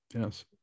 yes